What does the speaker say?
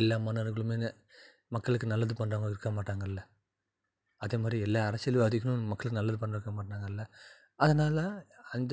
எல்லா மன்னர்களும் மக்களுக்கு நல்லது பண்ணுறவங்க இருக்க மாட்டாங்கள்ல அதேமாதிரி எல்லா அரசியல்வாதிகளும் மக்களுக்கு நல்லது பண்ணுறவங்க இருக்க மாட்டாங்கள்ல அதனால் அந்த